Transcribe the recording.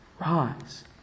rise